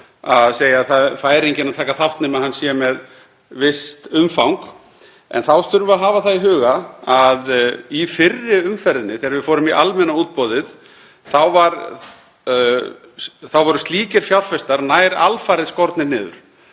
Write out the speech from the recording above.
að segja að það fær enginn að taka þátt nema hann sé með visst umfang. En þá þurfum við að hafa það í huga að í fyrri umferðinni þegar við fórum í almenna útboðið þá voru slíkir fjárfestar nær alfarið skornir niður.